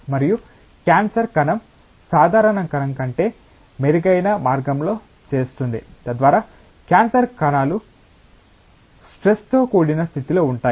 మరియు క్యాన్సర్ కణం సాధారణ కణం కంటే మెరుగైన మార్గంలో చేస్తుంది తద్వారా క్యాన్సర్ కణాలు స్ట్రెస్తో కూడిన స్థితిలో ఉంటాయి